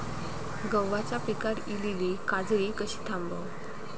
गव्हाच्या पिकार इलीली काजळी कशी थांबव?